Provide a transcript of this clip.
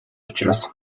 учраас